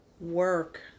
work